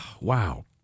wow